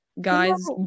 Guys